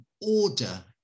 order